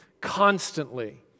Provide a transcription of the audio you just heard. constantly